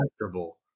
comfortable